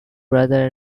brother